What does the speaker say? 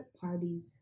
parties